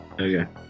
Okay